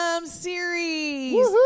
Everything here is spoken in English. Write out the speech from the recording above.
Series